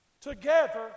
together